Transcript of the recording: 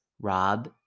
Rob